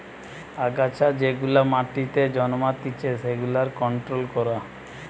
আগাছা যেগুলা মাটিতে জন্মাতিচে সেগুলার কন্ট্রোল করা